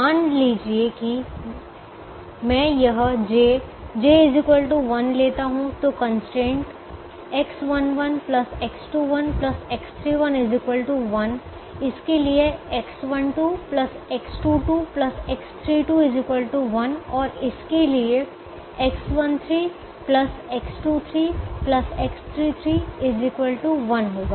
मान लीजिए कि मैं यह j j 1 लेता हूं तो कंस्ट्रेंट X11 X21 X31 1 इसके लिए X12 X22 X32 1 और इसके लिए X13 X23 X33 1 होगा